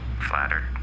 Flattered